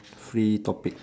free topic